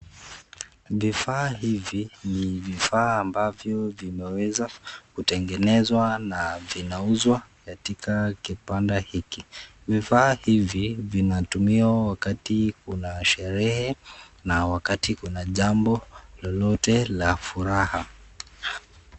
Vifaa hivi ni vifaa ambavyo vimeweza kutengenezwa na vinauzwa katika kibanda hiki vifaa hivi vinatumiwa wakati kuna sherehe na wakati kuna jambo lolote la furaha.